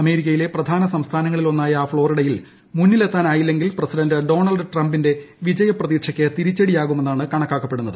അമേരിക്കയിലെ പ്രധാന സംസ്ഥാനങ്ങളിൽ ഒന്നായ ഫ്ലോറിഡയിൽ മുന്നിലെത്താനായില്ലെങ്കിൽ പ്രസിഡന്റ് ഡോണൾഡ് ട്രംപിന്റെ വിജയപ്രതീക്ഷയ്ക്ക് തിരിച്ചടിയാവുമെന്നാണ് കണക്കാക്കപ്പെടുന്നത്